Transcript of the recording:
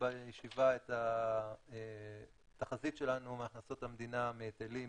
בישיבה את התחזית שלנו להכנסות המדינה מהיטלים,